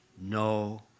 no